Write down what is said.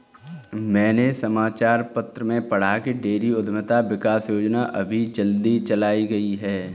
मैंने समाचार पत्र में पढ़ा की डेयरी उधमिता विकास योजना अभी जल्दी चलाई गई है